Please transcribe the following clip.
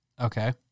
Okay